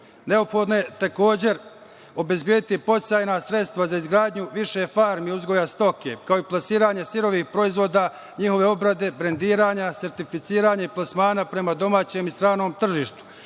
države. Neophodno je takođe obezbediti podsticajna sredstva za izgradnju više farmi uzgoja stoke, kao i plasiranje sirovih proizvoda, njihove obrade, brendiranja, sertificiranje i plasmane prema domaćem i stranom tržištu.